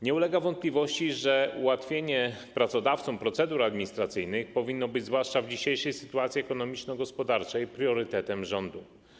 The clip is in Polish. Nie ulega wątpliwości, że ułatwienie pracodawcom procedur administracyjnych powinno być zwłaszcza w dzisiejszej sytuacji ekonomiczno-gospodarczej priorytetem rządu.